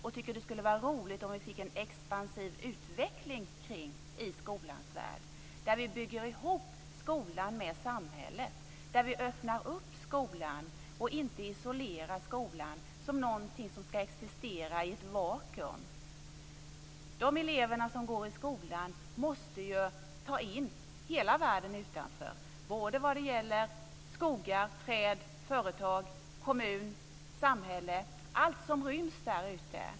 Vi tycker att det skulle vara roligt om vi fick en expansiv utveckling kring detta i skolans värld - att vi bygger ihop skolan med samhället, att vi öppnar skolan och inte isolerar den som någonting som ska existera i ett vakuum. Eleverna som går i skolan måste ju ta in hela världen utanför både vad gäller skogar, träd, företag, kommun, samhälle och allt som ryms där ute.